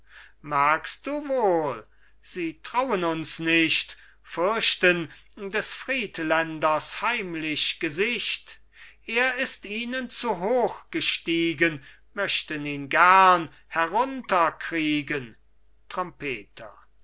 merkst du wohl sie trauen uns nicht fürchten des friedländers heimlich gesicht er ist ihnen zu hoch gestiegen möchten ihn gern herunterkriegen trompeter